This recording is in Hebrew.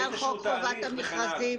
באיזה תהליך וכן הלאה.